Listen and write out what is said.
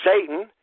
Satan